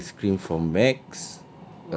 I bought ice cream from macs